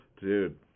Dude